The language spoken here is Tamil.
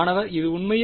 மாணவர் இது உண்மையில்